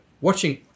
watching